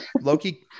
Loki